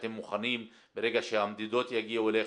שאתם מוכנים ברגע שהמדידות יגיעו אליכם,